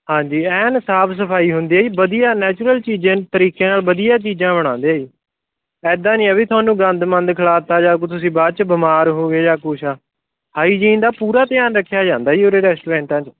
ਹਾਂਜੀ ਐਨ ਸਾਫ ਸਫਾਈ ਹੁੰਦੀ ਹੈ ਜੀ ਵਧੀਆ ਨੈਚੁਰਲ ਚੀਜ਼ਾਂ ਤਰੀਕਿਆਂ ਨਾਲ ਵਧੀਆ ਚੀਜ਼ਾਂ ਬਣਾਉਂਦੇ ਇੱਦਾਂ ਨਹੀਂ ਹੈ ਵੀ ਤੁਹਾਨੂੰ ਗੰਦ ਮੰਦ ਖਿਲਾਤਾ ਜਾਂ ਕੋਈ ਤੁਸੀਂ ਬਾਅਦ 'ਚ ਬਿਮਾਰ ਹੋ ਗਏ ਜਾਂ ਕੁਛ ਆ ਹਾਈਜੀਨ ਦਾ ਪੂਰਾ ਧਿਆਨ ਰੱਖਿਆ ਜਾਂਦਾ ਜੀ ਉਰੇ ਰੈਸਟੋਰੈਂਟਾਂ 'ਚ